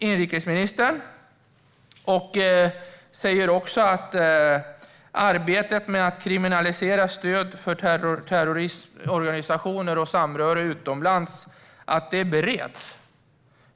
Inrikesministern säger också att arbetet med att kriminalisera stöd för terroristorganisationer och samröre utomlands bereds.